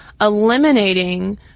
eliminating